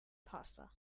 pasta